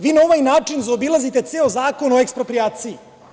Vi na ovaj način zaobilazite ceo zakon o eksproprijaciji.